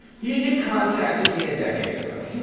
you had contacted me a decade ago.